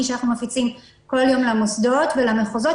שאנחנו מפיצים כל יום למוסדות ולמחוזות,